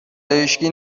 هیشکی